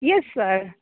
yes sir